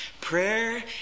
prayer